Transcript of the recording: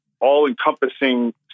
all-encompassing